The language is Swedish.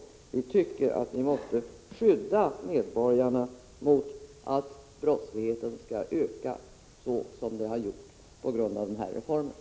Vi måste skydda medborgarna mot en ökad brottslighet, vilket har blivit fallet på grund av den här reformen.